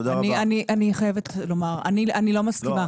אני חייבת לומר שאני לא מסכימה.